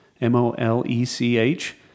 M-O-L-E-C-H